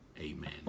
Amen